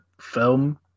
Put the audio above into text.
film